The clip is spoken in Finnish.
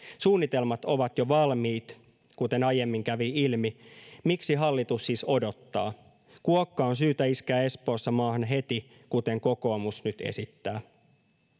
suunnitelmat ovat jo valmiit kuten aiemmin kävi ilmi miksi hallitus siis odottaa kuokka on syytä iskeä espoossa maahan heti kuten kokoomus nyt esittää